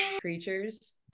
creatures